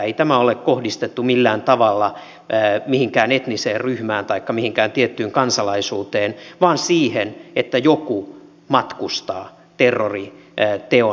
ei tämä ole kohdistettu millään tavalla mihinkään etniseen ryhmään taikka mihinkään tiettyyn kansalaisuuteen vaan siihen että joku matkustaa terrori ja tiiu